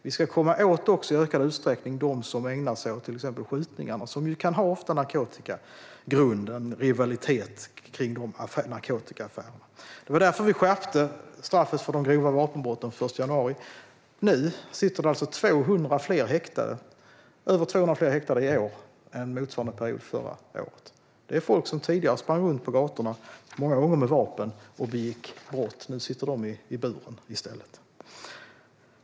Vi ska i större utsträckning komma åt dem som ägnar sig åt skjutningar, vilka ofta kan ha rivalitet om narkotikaaffärer som grund. Därför skärpte vi straffen för grova vapenbrott den 1 januari, och nu sitter 200 fler häktade än motsvarande period förra året. Folk som tidigare sprang runt på gatorna med vapen och begick brott sitter nu i buren.